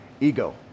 ego